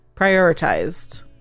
prioritized